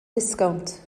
disgownt